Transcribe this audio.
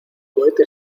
cohete